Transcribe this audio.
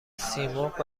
سیمرغ